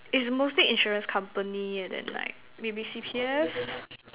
is mostly insurance company and then like maybe C_P_F